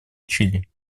чили